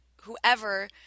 whoever